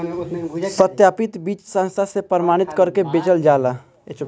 सत्यापित बीज संस्था से प्रमाणित करके बेचल जाला